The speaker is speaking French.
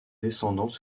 descendants